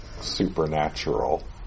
supernatural